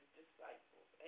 disciples